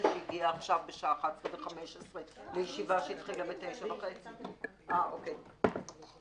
אני תבעתי ארבעה טיפוסים כנגד ארבעה בנים דיברה תורה.